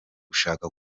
gushaka